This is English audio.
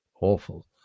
awful